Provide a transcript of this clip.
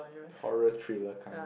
horror thriller kind